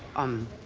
i'm